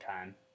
time